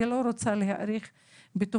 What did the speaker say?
אני לא רוצה להאריך בדברים,